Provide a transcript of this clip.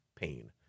pain